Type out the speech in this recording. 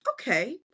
okay